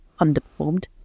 underperformed